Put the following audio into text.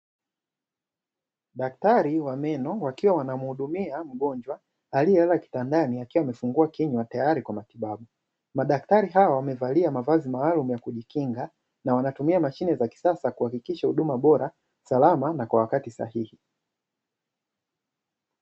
Daktari wa meno wakiwa wanamhudumia mgonjwa, aliyelala kitandani akiwa amefungua kinywa tayari kwa matibabu. Madaktari hawa wamevalia mavazi maalumu ya kujikinga, na wanatumia mashine za kisasa kuhakikisha huduma bora salama na kwa wakati sahihi.